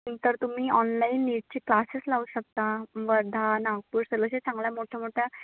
तर तुम्ही ऑनलाईन नीटचे क्लासेस लावू शकता वर्धा नागपूर सर्व अशा चांगल्या मोठ्या मोठ्या